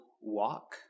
walk